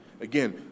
again